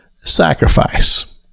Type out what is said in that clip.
sacrifice